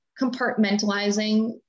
compartmentalizing